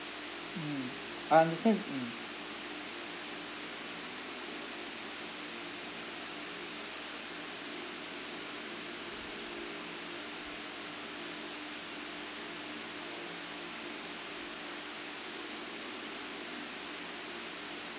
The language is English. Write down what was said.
mm I understand mm